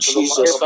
Jesus